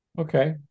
Okay